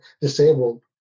disabled